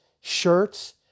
shirts